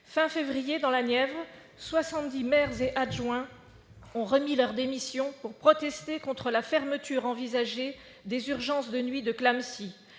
de février, dans la Nièvre, soixante-dix maires et adjoints ont remis leur démission pour protester contre la fermeture envisagée des urgences de nuit de Clamecy.